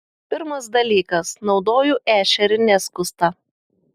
pirmas dalykas naudoju ešerį neskustą